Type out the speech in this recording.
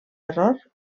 error